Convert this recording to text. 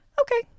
Okay